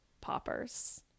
poppers